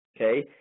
okay